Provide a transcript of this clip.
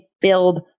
build